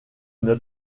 une